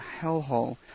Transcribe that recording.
hellhole